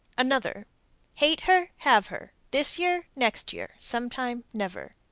another hate her, have her, this year, next year, sometime, never.